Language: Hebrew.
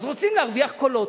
אז רוצים להרוויח קולות.